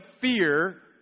fear